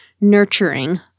nurturing